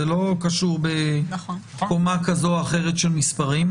זה לא קשור בקומה כזו או אחרת של מספרים,